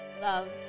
Love